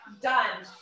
done